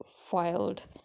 filed